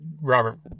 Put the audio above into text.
Robert